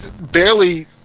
barely